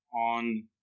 on